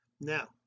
now